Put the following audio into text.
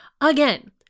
again